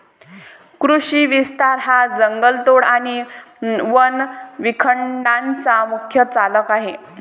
कृषी विस्तार हा जंगलतोड आणि वन विखंडनाचा मुख्य चालक आहे